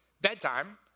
bedtime